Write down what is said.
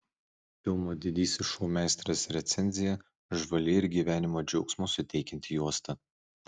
filmo didysis šou meistras recenzija žvali ir gyvenimo džiaugsmo suteikianti juosta